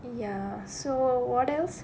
ya so what else